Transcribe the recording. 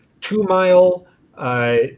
two-mile